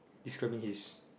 he's grabbing his